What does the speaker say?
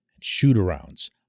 shoot-arounds